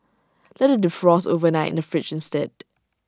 let IT defrost overnight the fridge instead